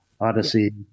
Odyssey